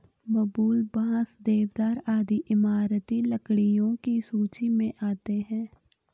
बबूल, बांस, देवदार आदि इमारती लकड़ियों की सूची मे आती है